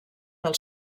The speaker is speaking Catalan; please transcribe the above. del